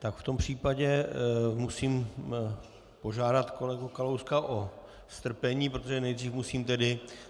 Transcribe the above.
Tak v tom případě musím požádat kolegu Kalouska o strpení , protože nejdřív musím